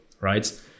right